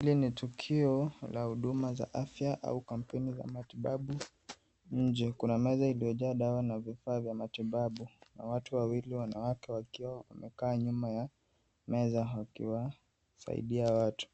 Hili ni tukio la huduma za afya au kampeni la matibabu. Nje kuna meza iliyojaa dawa na vifaa vya matibabu. Watu wawili wanawake wakiwa wamekaa nyuma ya meza wakiwasaidia watu.